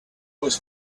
was